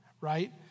right